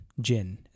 Jin